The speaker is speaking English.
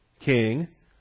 king